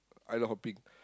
island hopping